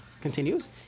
continues